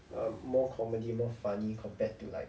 err more comedy more funny compared to like